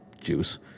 juice